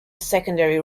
secondary